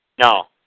No